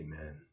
Amen